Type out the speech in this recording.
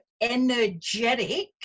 energetic